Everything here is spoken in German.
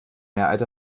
mehrheit